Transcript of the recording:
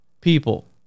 people